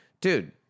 dude